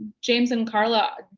james and karla,